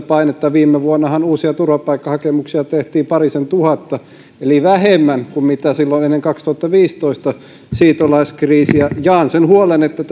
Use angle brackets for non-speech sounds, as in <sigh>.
<unintelligible> painetta viime vuonnahan uusia turvapaikkahakemuksia tehtiin parisen tuhatta eli vähemmän kuin silloin ennen vuoden kaksituhattaviisitoista siirtolaiskriisiä jaan sen huolen että <unintelligible>